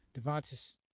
Devontae